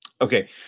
okay